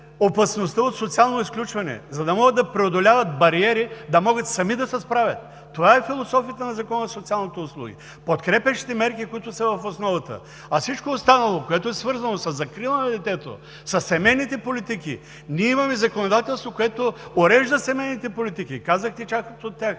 опасността от социално изключване, за да могат да преодоляват бариери сами да се справят. Това е философията на Закона за социалните услуги – подкрепящите мерки, които са в основата. А всичко останало, което е свързано със закрила на детето, със семейните политики ние имаме законодателство, което урежда семейните политики – казахте част от тях,